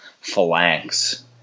Phalanx